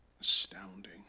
Astounding